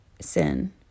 sin